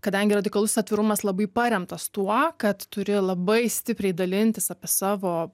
kadangi radikalus atvirumas labai paremtas tuo kad turi labai stipriai dalintis apie savo